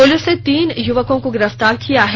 police ने तीन युवकों को गिरफ्तार किया है